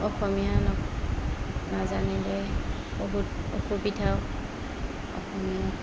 অসমীয়া ন নাজানিলে বহুত অসুবিধাও অসমীয়া